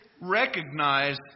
recognize